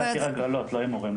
הגרלה.